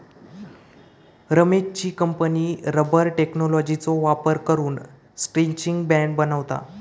रमेशची company rubber टेक्नॉलॉजीचो वापर करून स्ट्रैचिंग बँड बनवता